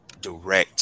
direct